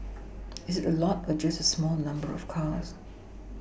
is it a lot or just a small number of cars